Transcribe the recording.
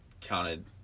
counted